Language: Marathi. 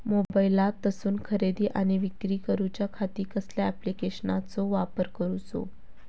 मोबाईलातसून खरेदी आणि विक्री करूच्या खाती कसल्या ॲप्लिकेशनाचो वापर करूचो?